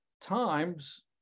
times